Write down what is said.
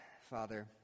Father